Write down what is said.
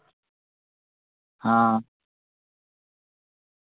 हां